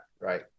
right